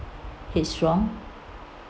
headstrong